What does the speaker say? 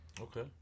Okay